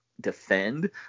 defend